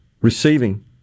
receiving